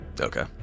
Okay